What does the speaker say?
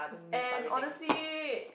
and honestly